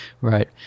right